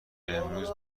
امروز